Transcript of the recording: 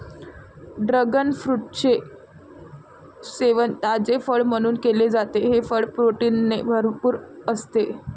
dragon फ्रूटचे सेवन ताजे फळ म्हणून केले जाते, हे फळ प्रोटीनने भरपूर असते